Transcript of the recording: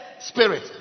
spirit